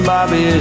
Bobby